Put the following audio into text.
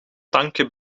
tanken